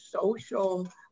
social